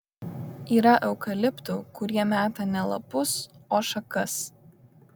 yra eukaliptų kurie meta ne lapus o šakas